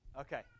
Okay